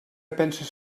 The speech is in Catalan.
penses